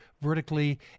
vertically